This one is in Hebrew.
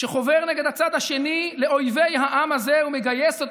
שחובר נגד הצד השני לאויבי העם הזה ומגייסת